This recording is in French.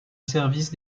service